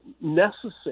necessary